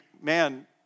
man